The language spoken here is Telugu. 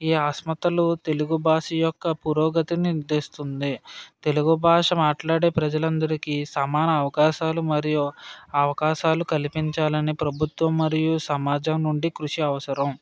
ఈ అసమానతలు తెలుగు భాష యొక్క పురోగతిని నిర్దిస్తుంది తెలుగు భాష మాట్లాడే ప్రజలందరికీ సమాన అవకాశాలు మరియు అవకాశాలు కల్పించాలని ప్రభుత్వం మరియు సమాజం నుండి కృషి అవసరం